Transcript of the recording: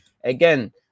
Again